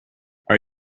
are